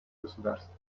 государств